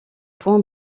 points